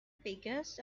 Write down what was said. figures